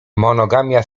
monogamia